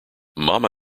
mama